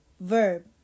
Verb